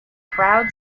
proud